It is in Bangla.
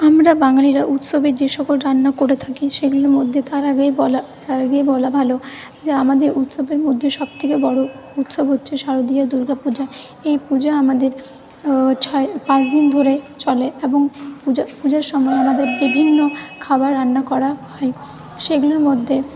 আমরা বাঙালিরা উৎসবে যে সকল রান্না করে থাকি সেগুলি মধ্যে তার আগেই বলা তার আগেই বলা ভালো যে আমাদের উৎসবের মধ্যে সব থেকে বড়ো উৎসব হচ্ছে শারদীয়া দুর্গাপূজা এই পূজা আমাদের ছয় পাঁচ দিন ধরে চলে এবং পূজার পূজার সময় আমাদের বিভিন্ন খাবার রান্না করা হয় সেগুলির মধ্যে